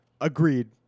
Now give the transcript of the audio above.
Agreed